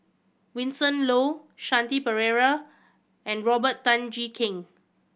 Vincent Leow Shanti Pereira and Robert Tan Jee Keng